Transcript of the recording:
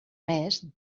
més